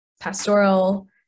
pastoral